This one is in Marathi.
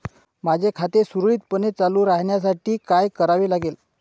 माझे खाते सुरळीतपणे चालू राहण्यासाठी काय करावे लागेल?